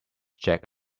jack